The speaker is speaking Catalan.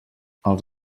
els